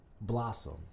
Blossom